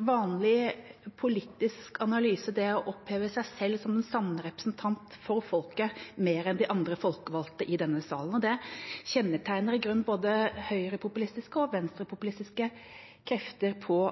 vanlig politisk analyse, det å oppheve seg selv til den sanne representant for folket mer enn de andre folkevalgte i denne salen. Det kjennetegner i grunnen både høyrepopulistiske og venstrepopulistiske krefter på